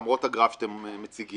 למרות הגרף שאתם מציגים.